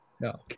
No